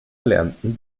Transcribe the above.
erlernten